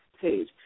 page